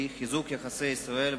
חיזוק יחסי ישראל,